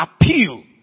appeal